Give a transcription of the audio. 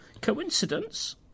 Coincidence